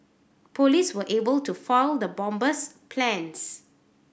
police were able to foil the bomber's plans